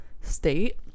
state